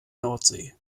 nordsee